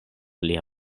lia